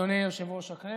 אדוני היושב-ראש,